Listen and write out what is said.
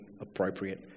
appropriate